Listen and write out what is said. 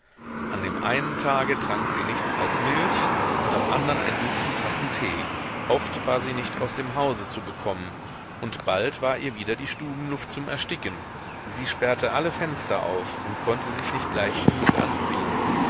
an dem einen tage trank sie nichts als milch und am andern ein dutzend tassen tee oft war sie nicht aus dem hause zu bekommen und bald war ihr wieder die stubenluft zum ersticken sie sperrte alle fenster auf und konnte sich nicht leicht genug anziehen